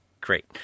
Great